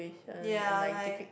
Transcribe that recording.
ya like